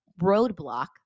roadblock